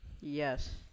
yes